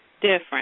different